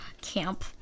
camp